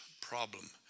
problem